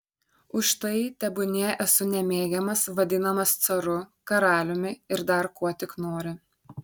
už tai tebūnie esu nemėgiamas vadinamas caru karaliumi ir dar kuo tik nori